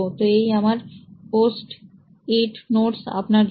তো এই আমার পোস্ট ইট নোটস আপনার জন্য